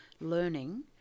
learning